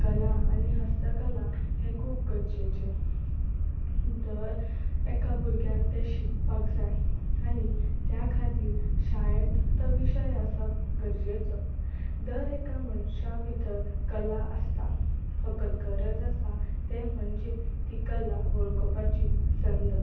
कला आनी हस्तकला हे खूब गरजेचे दर एका भुरग्यान तें शिकपाक जाय आनी त्या खातीर शाळेंत तो विशय आसप गरजेचो दर एका मनशा भितर कला आसता फक्त गरज आसा ते म्हणजे ती कला वळखुपाची संद